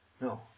No